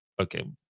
Okay